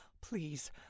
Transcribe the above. Please